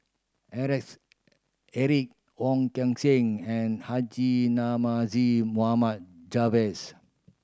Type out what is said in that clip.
Alex Eric Wong Kan Seng and Haji Namazie Mohamed